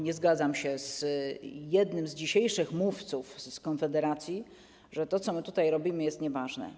Nie zgadzam się z jednym z dzisiejszych mówców z Konfederacji, że to, co tutaj robimy, jest nieważne.